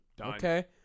Okay